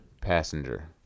passenger